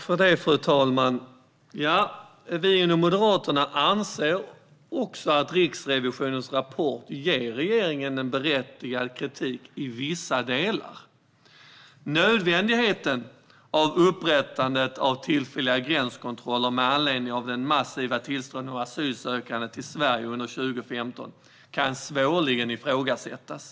Fru talman! Vi inom Moderaterna anser att Riksrevisionens rapport ger regeringen berättigad kritik i vissa delar. Nödvändigheten av upprättandet av tillfälliga gränskontroller med anledning av den massiva tillströmningen av asylsökande till Sverige under 2015 kan svårligen ifrågasättas.